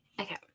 okay